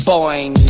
Boing